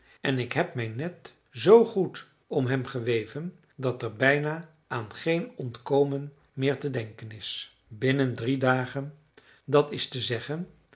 en ik heb mijn net zoo goed om hem geweven dat er bijna aan geen ontkomen meer te denken is binnen drie dagen dat is te zeggen